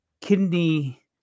kidney